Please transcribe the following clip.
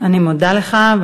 אני מודה לך.